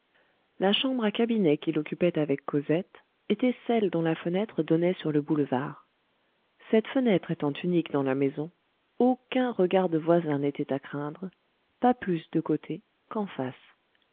la chambre à cabinet qu'il occupait avec cosette était celle dont la fenêtre donnait sur le boulevard cette fenêtre étant unique dans la maison aucun regard de voisin n'était à craindre pas plus de côté qu'en face